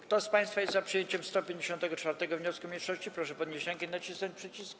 Kto z państwa jest za przyjęciem 158. wniosku mniejszości, proszę podnieść rękę i nacisnąć przycisk.